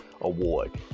Award